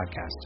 Podcast